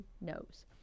knows